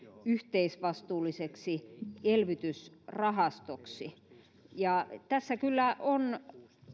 yhteisvastuulliseksi elvytysrahastoksi tässä kyllä on